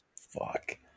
fuck